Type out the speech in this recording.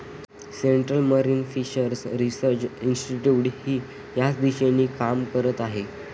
central Marine Fisheries Research इन्स्टिट्यूटही याच दिशेने काम करत आहे